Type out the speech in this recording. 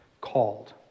called